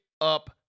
up